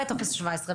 בלי טופס 17,